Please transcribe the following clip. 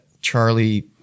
Charlie